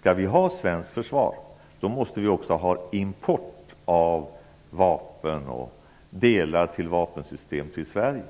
Skall vi ha ett svenskt försvar måste vi också ha import av vapen och delar till vapensystem till Sverige.